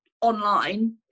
online